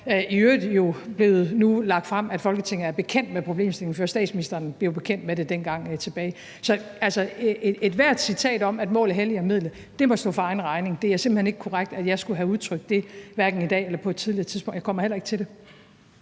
i øvrigt nu blevet lagt frem, at Folketinget er bekendt med problemstillingen, før statsministeren blev bekendt med det dengang. Så ethvert citat om, at målet helliger midlet, må stå for egen regning, for det er simpelt hen ikke korrekt, at jeg skulle have udtrykt det, hverken i dag eller på et tidligere tidspunkt, og jeg kommer heller ikke til det.